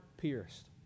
pierced